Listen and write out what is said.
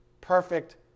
Perfect